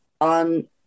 on